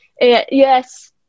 yes